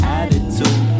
attitude